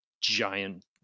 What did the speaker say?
Giant